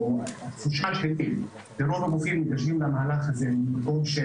התחושה שלי היא שרוב הגופים ניגשים למהלך הזה ממקום של: